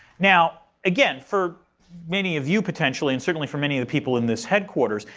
now, again, for many of you potentially and certainly for many of the people in this headquarters,